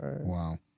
Wow